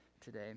today